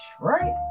right